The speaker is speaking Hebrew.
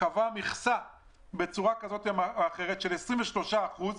שקבעה מכסה של 23% ,